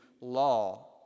law